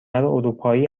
اروپایی